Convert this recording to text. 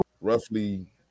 roughly